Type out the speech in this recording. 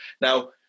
Now